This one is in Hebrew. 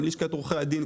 עם לשכת עורכי הדין,